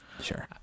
sure